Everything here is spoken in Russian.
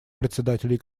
председателей